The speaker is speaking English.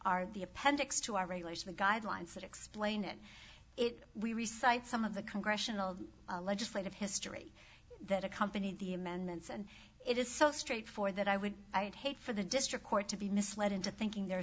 are the appendix to our regulars the guidelines that explain it it we recites some of the congressional a legislative history that accompanied the amendments and it is so straight for that i would i'd hate for the district court to be misled into thinking